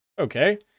okay